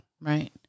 Right